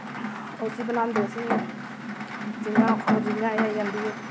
उस्सी बनांदे असी जि'यां आखो जि'यां एह् आई जंदी